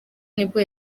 nibwo